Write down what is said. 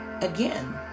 again